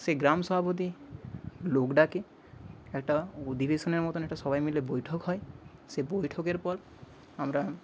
সেই গ্রাম সভাপতি লোক ডাকে একটা অধিবেশনের মতন একটা সবাই মিলে বৈঠক হয় সে বৈঠকের পর আমরা